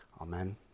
Amen